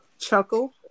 Chuckle